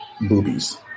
boobies